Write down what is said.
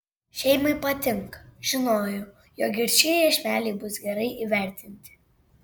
šeimai patinka žinojau jog ir šie iešmeliai bus gerai įvertinti